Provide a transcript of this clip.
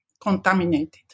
contaminated